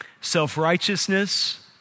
Self-righteousness